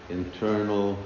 internal